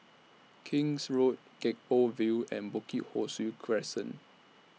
King's Road Gek Poh Ville and Bukit Ho Swee Crescent